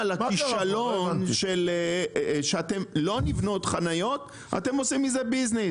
על הכישלון שאין חניות, אתם עושים מזה ביזנס.